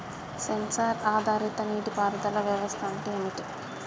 Censor ఆధారిత నీటి పారుదల వ్యవస్థ అంటే ఏమిటి?